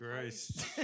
Christ